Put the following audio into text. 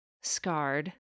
scarred